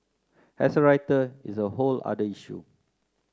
as a writer it's a whole other issue